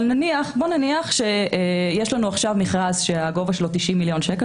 אבל נניח שיש לנו עכשיו מכרז שהגובה שלו 90 מיליון שקל,